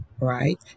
right